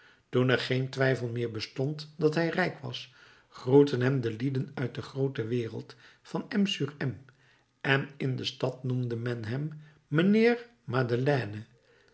toen er geen twijfel meer bestond dat hij rijk was groetten hem de lieden uit de groote wereld van m sur m en in de stad noemde men hem mijnheer madeleine